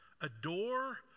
adore